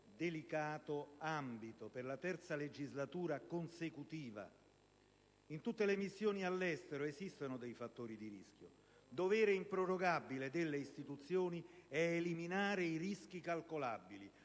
delicato ambito per la terza legislatura consecutiva. In tutte le missioni all'estero esistono dei fattori di rischio; dovere improrogabile delle istituzioni, tuttavia, è eliminare i rischi calcolabili,